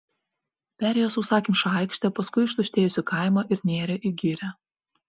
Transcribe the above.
perėjo sausakimšą aikštę paskui ištuštėjusį kaimą ir nėrė į girią